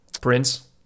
prince